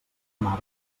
mare